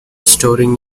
storing